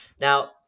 Now